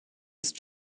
ist